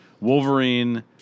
Wolverine